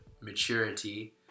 maturity